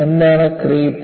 എന്താണ് ക്രീപ്പ്